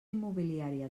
immobiliària